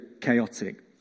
chaotic